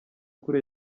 kuri